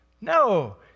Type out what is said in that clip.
No